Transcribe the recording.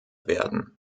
werden